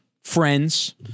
friends